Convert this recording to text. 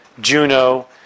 Juno